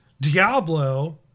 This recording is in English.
Diablo